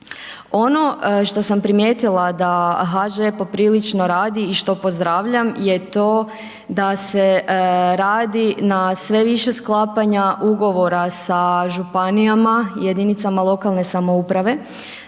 Ono što sam primijetila da HŽ poprilično radi i što pozdravljam je to da se radi na sve više sklapanja ugovora sa županijama i jedinicama lokalne samouprave